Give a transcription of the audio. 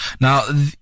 Now